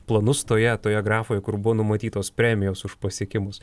planus toje toje grafoje kur buvo numatytos premijos už pasiekimus